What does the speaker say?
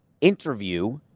interview